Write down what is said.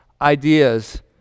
ideas